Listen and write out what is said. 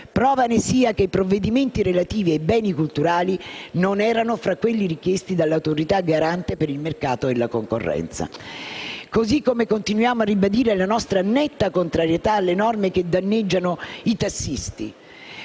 Prova ne sia che i provvedimenti relativi ai beni culturali non erano fra quelli richiesti dall'Autorità garante per il mercato e la concorrenza. Così come continuiamo a ribadire la nostra netta contrarietà alle norme che danneggiano i tassisti,